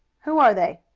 who are they?